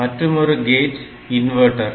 மற்றுமோரு gate inverter